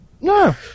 No